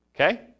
Okay